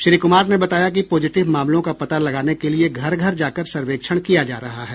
श्री कुमार ने बताया कि पॉजिटिव मामलों का पता लगाने के लिए घर घर जाकर सर्वेक्षण किया जा रहा है